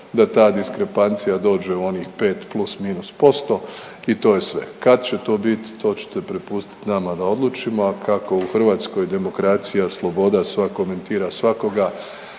da ta diskrepancija dođe u onih 5 plus minus posto i to je sve. Kad će to biti to ćete prepustit nama da odlučimo, a kako u hrvatskoj demokracija, sloboda svak komentira svakoga